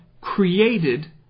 created